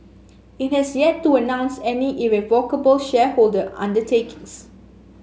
it has yet to announce any irrevocable shareholder undertakings